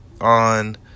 on